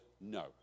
no